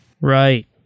Right